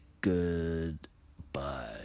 goodbye